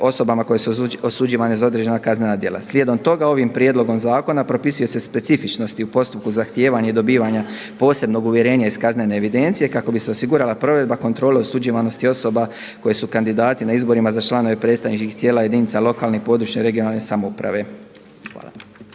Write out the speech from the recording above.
osobama koje su osuđivane za određena kaznena djela. Slijedom toga ovim prijedlogom zakona propisuju se specifičnosti u postupku zahtijevanja i dobivanja posebnog uvjerenja iz kaznene evidencije kako bi se osigurala provedba kontrole osuđivanosti osoba koje su kandidati na izborima za članove predstavničkih tijela jedinica lokalne i područne (regionalne) samouprave. Hvala.